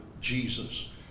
Jesus